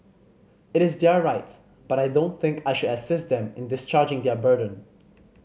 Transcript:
it is their rights but I don't think I should assist them in discharging their burden